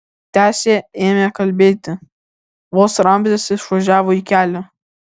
tęsė ėmė kalbėti vos ramzis išvažiavo į kelią